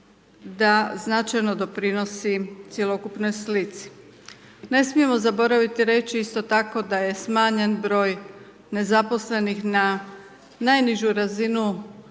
da značajno doprinosi cjelokupnoj slici. Ne smijemo zaboraviti reći isto tako da je smanjen broj nezaposlenih na najnižu razinu